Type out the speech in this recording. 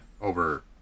over